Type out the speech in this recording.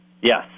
Yes